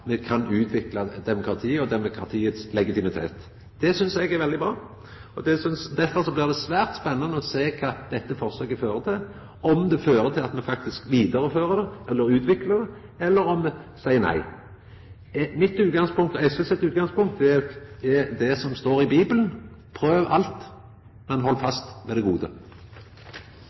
demokratiets legitimitet. Det synest eg er veldig bra. Derfor blir det svært spennande å sjå kva dette forsøket fører til – om det fører til at me faktisk vidarefører det eller utviklar det, eller om me seier nei. Mitt utgangspunkt og SVs utgangspunkt er det som står i Bibelen, «prøv alt og hold fast på det gode».